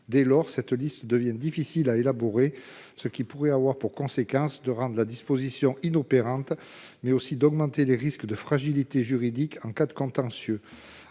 Dès lors, cette liste devient difficile à élaborer, ce qui pourrait avoir pour conséquences de rendre la disposition inopérante et d'augmenter les risques de fragilités juridiques en cas de contentieux.